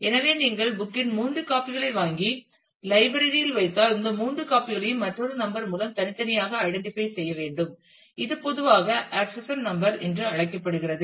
எனவே நீங்கள் புக் இன் மூன்று காபிகளை வாங்கி லைப்ரரி இல் வைத்தால் இந்த மூன்று காபிகளையும் மற்றொரு நம்பர் மூலம் தனித்தனியாக ஐடன்றிபை செய்ய வேண்டும் இது பொதுவாக ஆக்சஷன் நம்பர் என்று அழைக்கப்படுகிறது